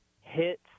hits